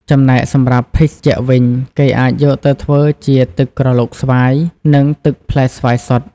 ចំណែកសម្រាប់ភេសជ្ជៈវិញ គេអាចយកទៅធ្វើជា ទឹកក្រឡុកស្វាយ និង ទឹកផ្លែស្វាយសុទ្ធ។